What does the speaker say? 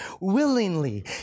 willingly